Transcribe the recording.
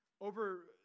over